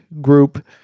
group